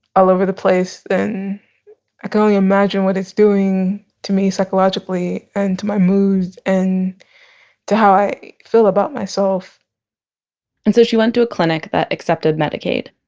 all over the place and i can only imagine what it's doing to me psychologically and to my moods and to how i feel about myself and so she went to a clinic that accepted medicaid